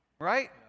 right